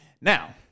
now